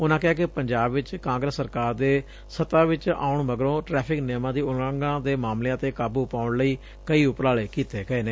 ਉਨੂਾ ਕਿਹਾ ਕਿ ਪੰਜਾਬ ਵਿਚ ਕਾਂਗਰਸ ਸਰਕਾਰ ਦੇ ਸੱਤਾ ਵਿਚ ਆਉਣ ਮਗਰੋਂ ਟ੍ਟੈਫਿਕ ਨਿਯਮਾਂ ਦੀ ਉਲੰਘਣਾ ਦੇ ਮਾਮਲਿਆਂ ਤੇ ਕਾਬੁ ਪਾਉਣ ਲਈ ਕਈ ਉਪਰਾਲੇ ਕੀਤੇ ਗਏ ਨੇ